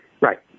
Right